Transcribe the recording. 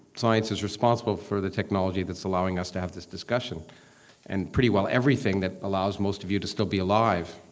science is responsible for the technology that's allowing us to have this discussion and pretty well everything that allows most of you to still be alive,